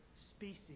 species